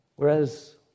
Whereas